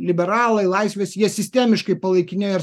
liberalai laisvės jie sistemiškai palaikinėjo ir